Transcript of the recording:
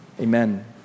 Amen